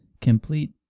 Complete